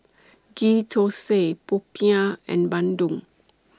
Ghee Thosai Popiah and Bandung